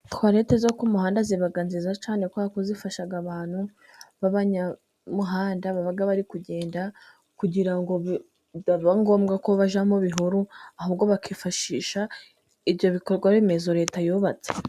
Tuwarete zo ku muhanda ziba nziza cyane kubera ko zifasha abantu b'abanyamuhanda baba bari kugenda, kugira ngo bitaba ngombwa ko bajya mu bihuru, ahubwo bakifashisha ibyo bikorwa remezo leta yubatse.